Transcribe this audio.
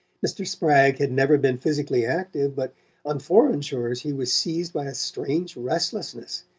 mr. spragg had never been physically active, but on foreign shores he was seized by a strange restlessness,